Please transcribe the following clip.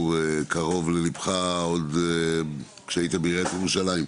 קרוב לליבך עוד כשהיית בעיריית בירושלים,